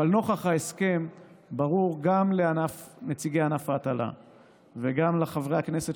אבל נוכח ההסכם ברור גם לנציגי ענף ההטלה וגם לחברי הכנסת,